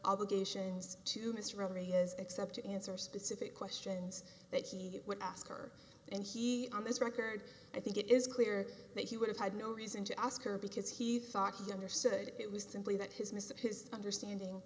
obligations to miss robbery is except to answer specific questions that she would ask her and he on this record i think it is clear that he would have had no reason to ask her because he thought he understood it was simply that his mistake his understanding